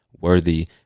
worthy